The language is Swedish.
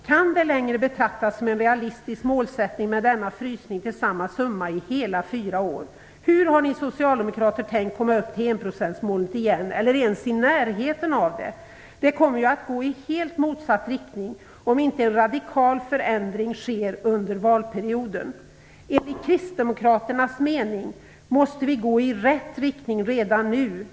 Kan det längre betraktas som en realistisk målsättning med denna frysning till samma summa i hela fyra år? Hur har ni socialdemokrater tänkt er att komma tillbaka till eller ens i närheten av enprocentsmålet? Det kommer ju att gå i helt motsatt riktning, om inte en radikal förändring sker under valperioden. Enligt kristdemokraternas mening måste vi gå i rätt riktning redan nu.